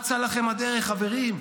אצה לכם הדרך, חברים.